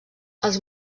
els